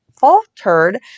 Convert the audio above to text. faltered